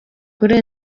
kuri